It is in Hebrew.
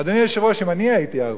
אדוני היושב-ראש, אם אני הייתי ערבי,